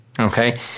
Okay